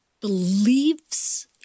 believes